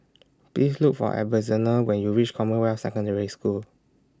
Please Look For Ebenezer when YOU REACH Commonwealth Secondary School